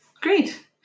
great